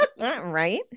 right